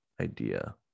idea